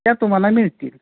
त्या तुम्हाला मिळतील